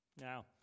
Now